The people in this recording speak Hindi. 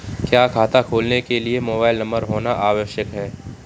क्या खाता खोलने के लिए मोबाइल नंबर होना आवश्यक है?